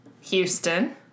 Houston